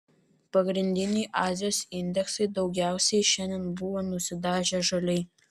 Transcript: pagrindiniai azijos indeksai daugiausiai šiandien buvo nusidažę žaliai